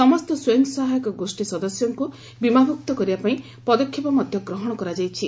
ସମସ୍ତ ସ୍ୱୟଂ ସହାୟକ ଗୋଷୀ ସଦସ୍ୟଙ୍କୁ ବୀମାଭୁକ୍ତ କରିବାପାଇଁ ପଦକ୍ଷେପ ମଧ୍ଧ ଗ୍ରହଣ କରାଯାଇଛି